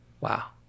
Wow